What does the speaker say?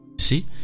See